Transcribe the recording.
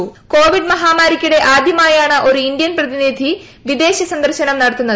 ് കോവിഡ് മഹാമാരിക്കിടെ ആദ്യമായാണ് ഒരു ഇന്ത്യൻ പ്രതിനിധി വിദേശ സന്ദർശനം നടത്തുന്നത്